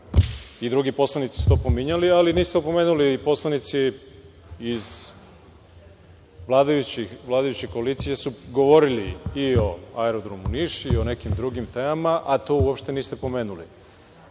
i drugi poslanici su to pominjali, ali niste opomenuli. Poslanici iz vladajuće koalicije su govorili i o Aerodromu Niš i o nekim drugim temama, a to uopšte niste pomenuli. Mislim